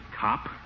cop